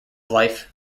life